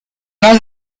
mas